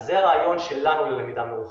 זה הרעיון שלנו ללמידה מרחוק